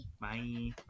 Bye